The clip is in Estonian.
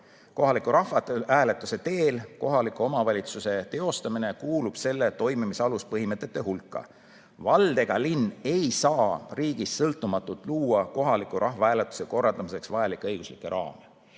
kohaliku rahvahääletuse teel kohaliku omavalitsuse teostamine kuulub selle toimimise aluspõhimõtete hulka, vald ega linn ei saa riigist sõltumatult luua kohaliku rahvahääletuse korraldamiseks vajalikke õiguslikke raame.